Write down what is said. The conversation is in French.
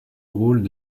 rôle